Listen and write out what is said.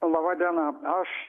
laba diena aš